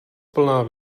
plná